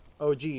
OG